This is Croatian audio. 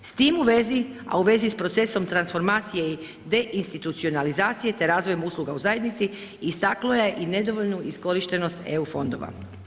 S tim u vezi, a u vezi s procesom transformacije i de institucionalizacije te razvojem usluga u zajednici istaknula je i nedovoljnu iskorištenost eu fondova.